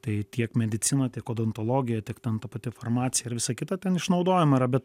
tai tiek medicina tiek odontologija tik tampa pati informacija ir visą kitą ten išnaudojama yra bet